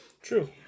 True